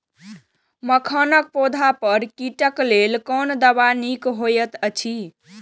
मखानक पौधा पर कीटक लेल कोन दवा निक होयत अछि?